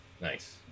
Nice